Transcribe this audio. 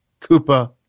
Koopa